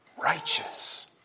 righteous